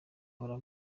mpora